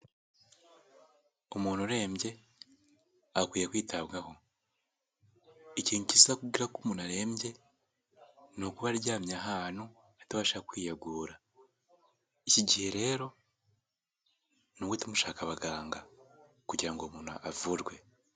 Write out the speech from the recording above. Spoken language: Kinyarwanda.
Umuntu urembye akwiye kwitabwaho. Ikintu kizakubwira ko umuntu arembye ni ukuba aryamye ahantu atabasha kwiyagura, iki gihe rero ni uguhita mushaka abaganga kugira ngo umuntu avurwe.